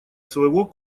своего